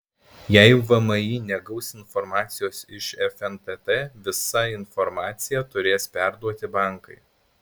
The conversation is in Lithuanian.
jei vmi negaus informacijos iš fntt visą informaciją turės perduoti bankai